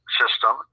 system